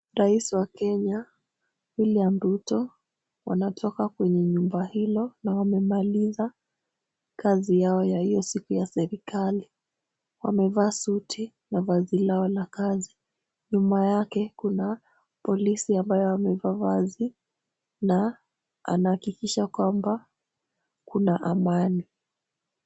Rais wa Kenya William Ruto, wanatoka kwenye nyumba hilo na wamemaliza kazi yao ya hiyo siku ya serikali. Wamevaa suti na vazi lao la kazi. Nyuma yake kuna polisi ambayo amevaa vazi na anahakikisha kwamba kuna amani.